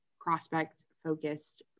prospect-focused